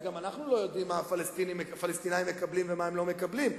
גם אנחנו לא יודעים מה הפלסטינים מקבלים ומה הם לא מקבלים.